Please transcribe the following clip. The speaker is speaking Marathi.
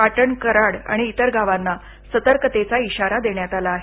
पाटण कराड आणि इतर गावांना सतर्कतेचा इशारा देण्यात आला आहे